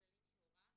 בכללים שהורה,